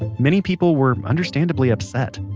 many people were understandably upset.